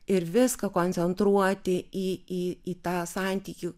ir viską koncentruoti į į į tą santykių